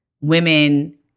women